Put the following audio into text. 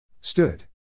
Stood